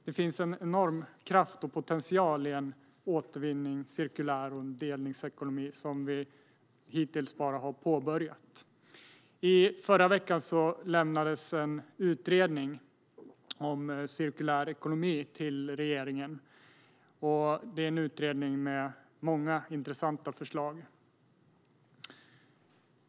Det finns en enorm kraft och potential i återvinning och en cirkulär delningsekonomi, som vi hittills bara har påbörjat. Förra veckan lämnades en utredning om cirkulär ekonomi till regeringen. Det är en utredning med många intressanta förslag.